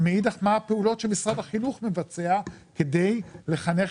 ומאידך מה הפעולות שמשרד החינוך מבצע כדי לחנך